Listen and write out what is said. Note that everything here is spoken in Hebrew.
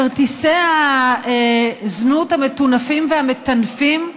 כרטיסי הזנות המטונפים והמטנפים,